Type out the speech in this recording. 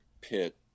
pit